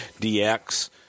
DX